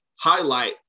highlight